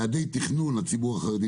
יעדי תכנון לציבור החרדי,